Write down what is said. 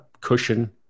cushion